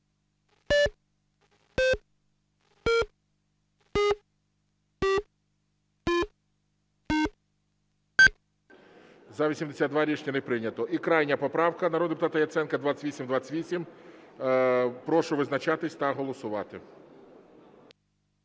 За-82 Рішення не прийнято. І крайня поправка народного депутата Яценка 2828. Прошу визначатись та голосувати.